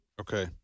Okay